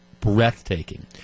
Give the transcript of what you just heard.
breathtaking